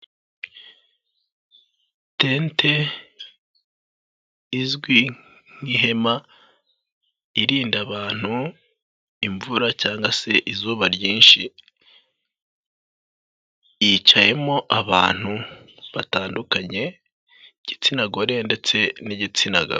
Tente izwi nk'ihema irinda abantu imvura cyangwa se izuba ryinshi, yicayemo abantu batandukanye, igitsina gore ndetse n'igitsina gabo.